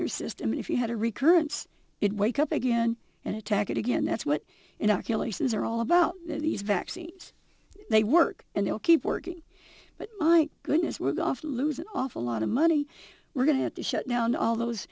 your system if you had a recurrence it wake up again and attack it again that's what inoculations are all about these vaccines they work and they'll keep working but my goodness we're going to lose an awful lot of money we're going to have to shut down all those